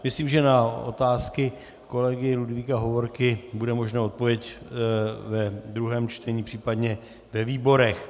Myslím, že na otázky kolegy Ludvíka Hovorky bude možno odpovědět ve druhém čtení, případně ve výborech.